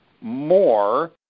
more